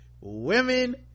women